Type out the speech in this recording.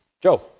Joe